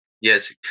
Yes